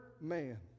man